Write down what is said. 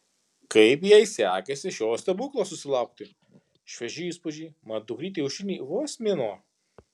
kaip jai sekėsi šio stebuklo susilaukti švieži įspūdžiai mat dukrytei aušrinei vos mėnuo